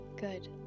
good